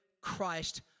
Christ